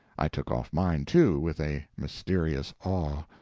i took off mine, too, with a mysterious awe.